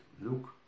look